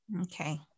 Okay